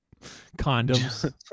condoms